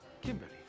Kimberly